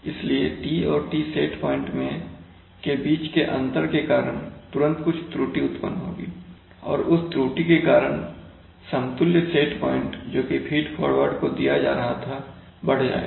इसलिए T और Tsp के बीच में अंतर के कारण तुरंत कुछ त्रुटि उत्पन्न होगी और उस त्रुटि के कारण समतुल्य सेट प्वाइंट जोकि फीड फॉरवर्ड को दिया जा रहा था बढ़ जाएगा